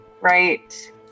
right